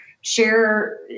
Share